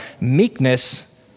Meekness